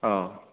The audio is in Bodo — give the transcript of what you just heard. औ